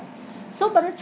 so by the time